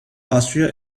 austria